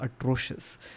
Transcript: atrocious